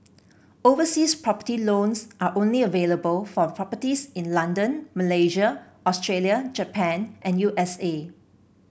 overseas property loans are only available for properties in London Malaysia Australia Japan and U S A